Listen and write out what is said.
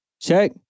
Check